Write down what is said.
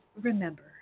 remember